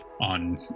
on